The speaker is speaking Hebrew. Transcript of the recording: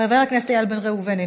חבר הכנסת איל בן ראובן,